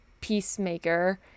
peacemaker